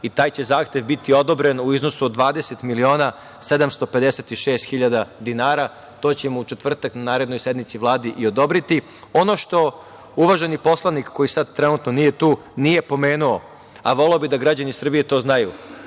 i taj će zahtev biti odobren u iznosu od 20 miliona 756 hiljada dinara. To ćemo u četvrtak na narednoj sednici Vladi i odobriti. Ono što uvaženi poslanik koji sad trenutno nije tu nije pomenuo, a voleo bih da građani Srbije to znaju